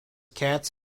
cats